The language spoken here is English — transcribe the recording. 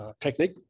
technique